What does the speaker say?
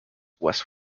wes